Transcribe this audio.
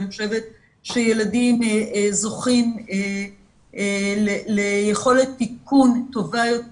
אני חושבת שילדים זוכים ליכולת תיקון טובה יותר